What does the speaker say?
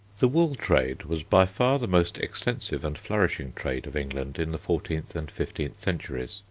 the wool trade was by far the most extensive and flourishing trade of england in the fourteenth and fifteenth centuries.